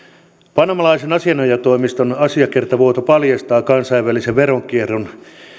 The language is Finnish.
panamalaisen asianajotoimiston asiakirjavuoto paljastaa kansainvälisen veronkierron